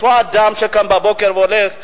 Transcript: אותו אדם שקם בבוקר והולך,